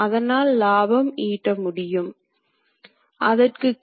ஏனெனில் இடைமுகம் வெப்பமடைந்துவிட்டால் அது எந்திரத்தின் தரத்தை பாதிக்கும்